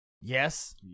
Yes